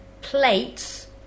plates